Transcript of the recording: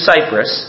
Cyprus